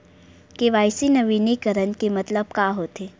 KYC नवीनीकरण के मतलब का होथे?